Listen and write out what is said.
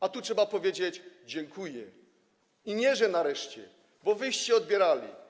A tu trzeba powiedzieć „dziękuję” i nie, że nareszcie, bo wy odbieraliście.